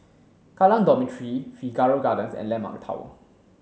Kallang Dormitory Figaro Gardens and Landmark Tower